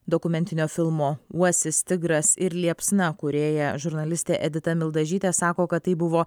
dokumentinio filmo uosis tigras ir liepsna kūrėja žurnalistė edita mildažytė sako kad tai buvo